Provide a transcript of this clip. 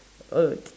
oh